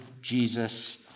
Jesus